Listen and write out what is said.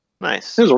Nice